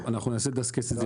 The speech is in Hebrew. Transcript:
אנחנו ננסה לדסקס את זה.